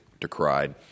decried